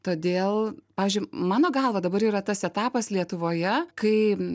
todėl pavyzdžiui mano galva dabar yra tas etapas lietuvoje kai